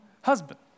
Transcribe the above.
husband